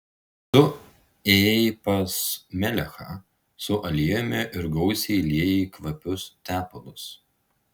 tu ėjai pas melechą su aliejumi ir gausiai liejai kvapius tepalus